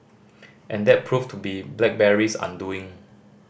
and that proved to be BlackBerry's undoing